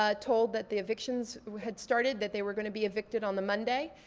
ah told that the evictions had started, that they were going to be evicted on the monday.